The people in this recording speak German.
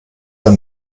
ein